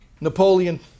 Napoleon